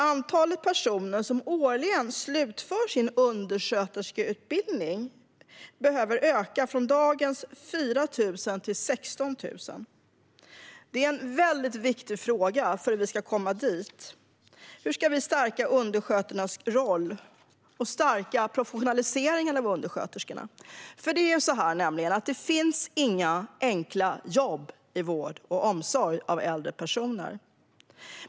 Antalet personer som årligen slutför sin undersköterskeutbildning behöver öka från dagens 4 000 till 16 000. Det är en mycket viktig fråga. Hur ska vi stärka undersköterskornas roll och stärka professionaliseringen av undersköterskorna? Det finns nämligen inga enkla jobb i vård och omsorg av äldre personer.